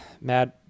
Mad